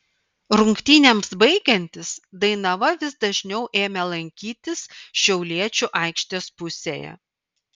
rungtynėms baigiantis dainava vis dažniau ėmė lankytis šiauliečių aikštės pusėje